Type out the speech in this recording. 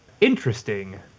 interesting